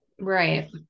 Right